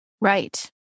Right